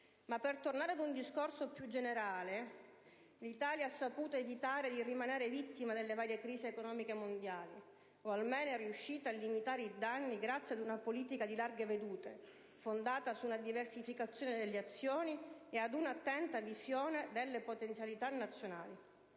Ma, per tornare ad un discorso più generale, l'Italia ha saputo evitare di rimanere vittima delle varie crisi economiche mondiali o, almeno, è riuscita a limitare i danni grazie ad una politica di larghe vedute, fondata su una diversificazione delle azioni e ad una attenta visione delle potenzialità nazionali.